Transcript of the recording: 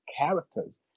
characters